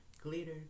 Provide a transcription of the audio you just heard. glitter